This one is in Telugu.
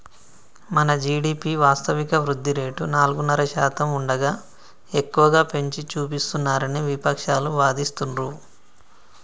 మన జీ.డి.పి వాస్తవిక వృద్ధి రేటు నాలుగున్నర శాతం ఉండగా ఎక్కువగా పెంచి చూపిస్తున్నారని విపక్షాలు వాదిస్తుండ్రు